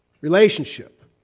relationship